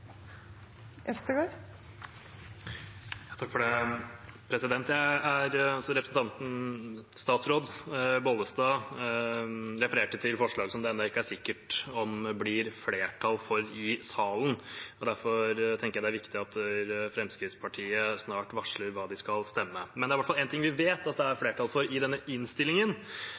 sikkert om det blir flertall for i salen. Derfor tenker jeg det er viktig at Fremskrittspartiet snart varsler hva de skal stemme. Det er i hvert fall én ting vi vet at det er flertall for i denne innstillingen,